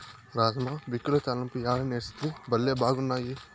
రాజ్మా బిక్యుల తాలింపు యాడ నేర్సితివి, బళ్లే బాగున్నాయి